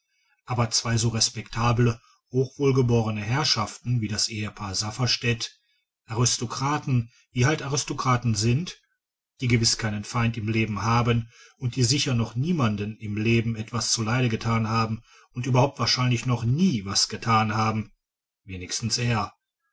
aber zwei so respektable hochwohlgeborene herrschaften wie das ehepaar safferstätt aristokraten wie halt aristokraten sind die gewiß keinen feind im leben haben und die sicher noch niemandem im leben etwas zuleid getan haben und überhaupt wahrscheinlich noch nie was getan haben wenigstens er